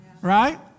right